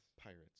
pirates